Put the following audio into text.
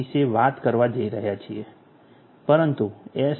વિશે વાત કરવા જઈ રહ્યા છીએ પરંતુ એસ